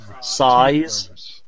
size